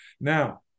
Now